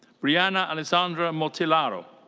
brianna alessandra mortillaro.